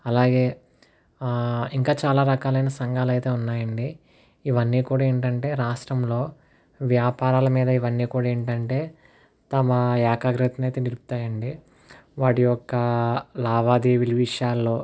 అలాగే ఇంకా చాలా రకాలైన సంఘాలైతే ఉన్నాయండీ ఇవన్నీ కూడా ఏంటంటే రాష్ట్రంలో వ్యాపారాల మీద ఇవన్నీ కూడా ఏంటంటే తమ ఏకాగ్రత నైతే నిలుపుతాయండీ వాటి యొక్క లావాదేవీల విషయాలలో